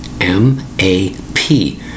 M-A-P